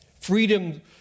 Freedom